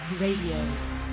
Radio